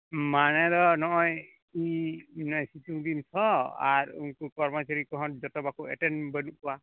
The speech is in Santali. ᱢᱟᱱᱮ ᱫᱚ ᱱᱚᱜᱼᱚᱭ ᱥᱤᱛᱩᱝ ᱫᱤᱱ ᱛᱚ ᱟᱨ ᱩᱱᱠᱩ ᱠᱚᱨᱢᱚ ᱪᱟᱨᱤ ᱠᱚᱦᱚᱸ ᱡᱚᱛᱚ ᱵᱟᱠᱚ ᱮᱴᱮᱱᱰ ᱵᱟᱹᱱᱩᱜ ᱠᱚᱣᱟ